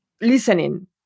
listening